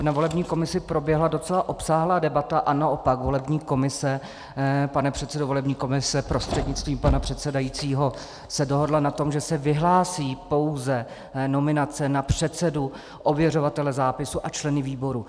Na volební komisi proběhla docela obsáhlá debata a naopak volební komise, pane předsedo volební komise prostřednictvím pana předsedajícího, se dohodla na tom, že se vyhlásí pouze nominace na předsedu, ověřovatele zápisu a členy výboru.